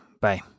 Bye